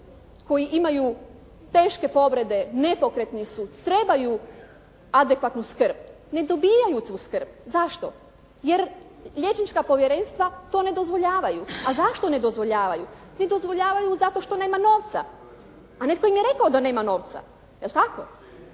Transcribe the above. koji imaju teške povrede, nepokretni su, trebaju adekvatnu skrb. Ne dobivaju tu skrb. Zašto? Jer liječnička povjerenstva to ne dozvoljavaju. A zašto ne dozvoljavaju? Ne dozvoljavaju zato što nema novca. A netko im je rekao da nema novca. Je li tako?